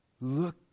look